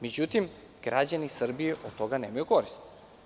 Međutim, građani Srbije od toga nemaju koristi.